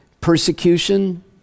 persecution